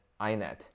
INET